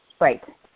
Right